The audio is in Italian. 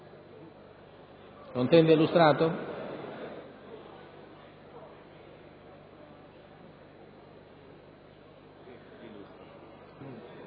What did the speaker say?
intende illustrato.